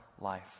life